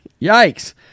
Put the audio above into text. Yikes